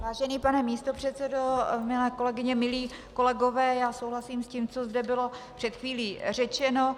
Vážený pane místopředsedo, milé kolegyně, milí kolegové, já souhlasím s tím, co zde bylo před chvílí řečeno.